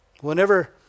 Whenever